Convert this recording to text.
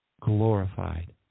glorified